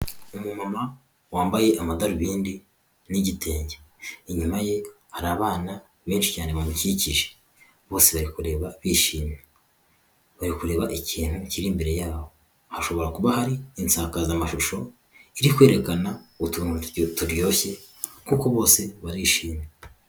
Umumama wambaye amadarubindi n'igitenge inyuma ye hari abana benshi cyane bamukikije, bose bari kureba bishimye bari kureba ikintu kiri imbere yabo, hashobora kuba hari insakazamashusho iri kwerekana utuntu turyoroshye kuko bose barishimye.